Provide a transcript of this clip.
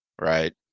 right